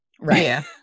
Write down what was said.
Right